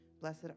Blessed